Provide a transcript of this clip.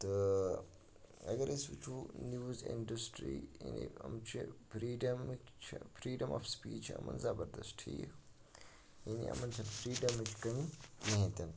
تہٕ اگر أسۍ وٕچھو نِوٕز اِنڈَسٹرٛی یعنے یِم چھِ فرٛیٖڈَمٕکۍ چھِ فرٛیٖڈَم آف سٕپیٖچ چھِ یمَن زَبَردَس ٹھیٖک یعنے یِمَن چھَنہٕ فرٛیٖڈَمٕچ کٔمی کِہیٖنۍ تہِ نہٕ